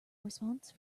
response